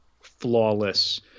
flawless